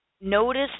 Notice